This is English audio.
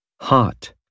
Hot